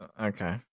Okay